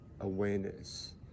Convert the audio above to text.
awareness